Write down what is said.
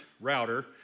router